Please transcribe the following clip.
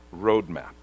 roadmap